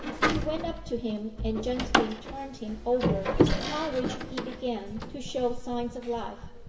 she went up to him and gently turned him over, upon which he began to show signs of life.